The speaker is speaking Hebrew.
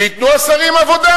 שייתנו השרים עבודה.